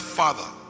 father